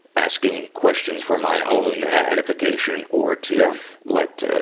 asking questions for my own, ah, edification or to yeah let, ah,